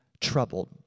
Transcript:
troubled